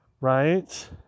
Right